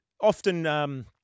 often